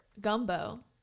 gumbo